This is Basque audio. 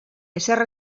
ezer